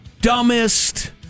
dumbest